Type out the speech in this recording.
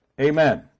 Amen